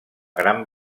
gran